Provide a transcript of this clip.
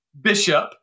Bishop